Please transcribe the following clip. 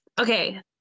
okay